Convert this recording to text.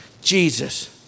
Jesus